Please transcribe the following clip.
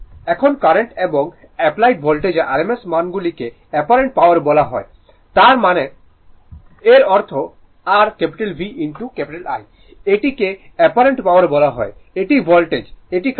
এখন কারেন্ট এবং অ্যাপ্লাইড ভোল্টেজের rms মানগুলি কে অ্যাপারেন্ট পাওয়ার বলা হয় তার মানে এর অর্থ r V I এটি কে অ্যাপারেন্ট পাওয়ার বলা হয় এটি ভোল্টেজ এটি কারেন্ট